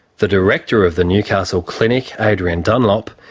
the director of the newcastle clinic, adrian dunlop,